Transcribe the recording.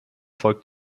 folgt